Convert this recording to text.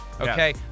okay